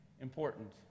important